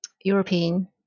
European